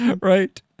Right